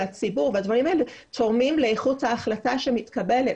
הציבור והדברים האלה תורמים לאיכות ההחלטה שמתקבלת.